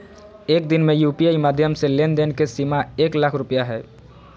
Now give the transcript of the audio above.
एक दिन में यू.पी.आई माध्यम से लेन देन के सीमा एक लाख रुपया हय